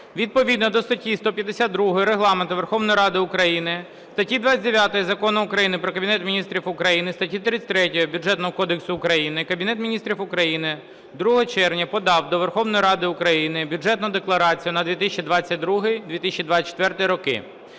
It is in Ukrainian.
Відповідно до статі 152 Регламенту Верховної Ради України, статті 29 Закону України "Про Кабінет Міністрів України", статті 33 Бюджетного кодексу України Кабінет Міністрів України 2 червня подав до Верховної Ради України Бюджетну декларацію на 2022-2024 роки.